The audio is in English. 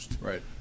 Right